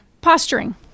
posturing